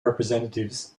representatives